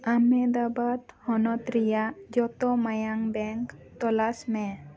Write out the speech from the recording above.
ᱟᱢᱮᱫᱟᱵᱟᱫᱽ ᱦᱚᱱᱚᱛ ᱨᱮᱭᱟᱜ ᱡᱚᱛᱚ ᱢᱟᱭᱟᱝ ᱵᱮᱝᱠ ᱛᱚᱞᱟᱥ ᱢᱮ